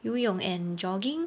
游泳 and jogging